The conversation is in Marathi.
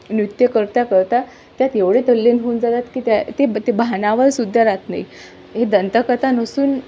नृत्य करता करता त्यात एवढे तल्लीन होऊन जातात की त्या ते ते भानावर सुद्धा राहत नाही हे दंतकथा नसून